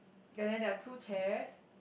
ya then there are two chairs